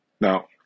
Now